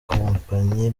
kompanyi